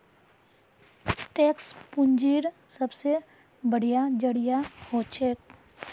tax पूंजीर सबसे बढ़िया जरिया हछेक